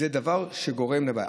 זה דבר שגורם לבעיה.